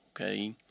okay